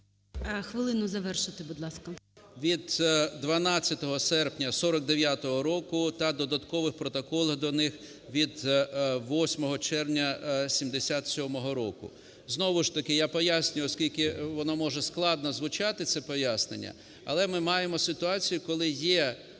Хвилину завершити, будь ласка.